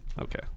Okay